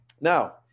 Now